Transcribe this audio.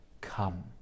come